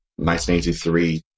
1983